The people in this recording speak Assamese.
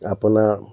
আপোনাৰ